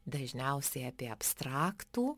dažniausiai apie abstraktų